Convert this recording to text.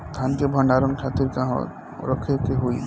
धान के भंडारन खातिर कहाँरखे के होई?